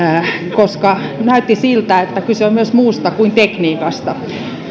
koska näytti siltä että kyse on myös muusta kuin tekniikasta